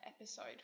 episode